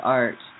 art